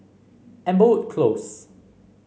Amberwood Close